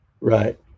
right